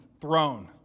throne